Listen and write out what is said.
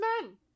Men